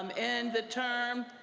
um and the term,